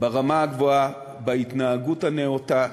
ברמה הגבוהה, בהתנהגות הנאותה.